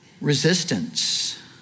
resistance